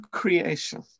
creation